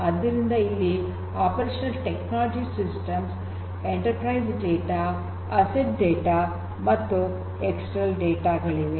ಆದ್ದರಿಂದ ಇಲ್ಲಿ operational technology systems enterprise data asset data ಮತ್ತು ಎಕ್ಸ್ಟರ್ನಲ್ ಡೇಟಾ ಗಳಿವೆ